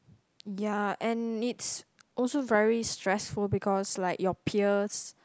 ya and it's also very stressful because like your peers